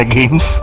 Games